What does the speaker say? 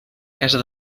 casa